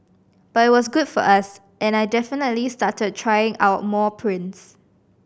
but it was good for us and I definitely started trying more prints